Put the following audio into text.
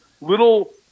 little